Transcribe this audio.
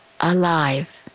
alive